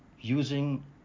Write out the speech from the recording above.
using